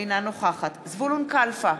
אינה נוכחת זבולון קלפה,